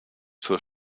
zur